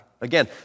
again